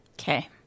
Okay